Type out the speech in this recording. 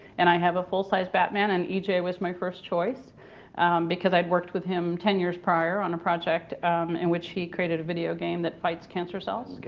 and i have a full size batman. and e j. was my first choice because i'd worked with him ten years prior on a project in which he created a video game that fights cancer cells.